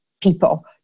people